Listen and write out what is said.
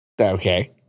Okay